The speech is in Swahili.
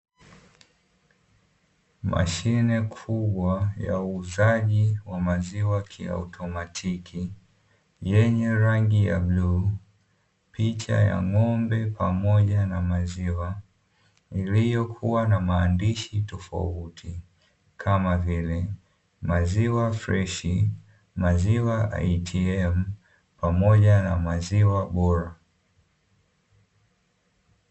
Mashine kubwa ya uuzaji wa maziwa kiautomatiki yenye rangi ya bluu, picha ya ng'ombe pamoja na maziwa iliyokuwa na maandishi tofauti kama vile: maziwa freshi, maziwa “ATM” pamoja na maziwa bora.